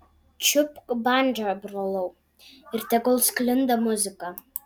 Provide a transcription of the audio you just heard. čiupk bandžą brolau ir tegul sklinda muzika